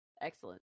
Excellent